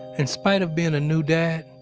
in spite of being a new dad,